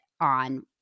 on